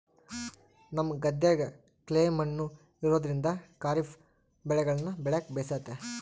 ನಮ್ಮ ಗದ್ದೆಗ ಕ್ಲೇ ಮಣ್ಣು ಇರೋದ್ರಿಂದ ಖಾರಿಫ್ ಬೆಳೆಗಳನ್ನ ಬೆಳೆಕ ಬೇಸತೆ